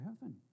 heaven